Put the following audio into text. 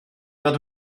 fod